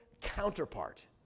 counterpart